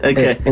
Okay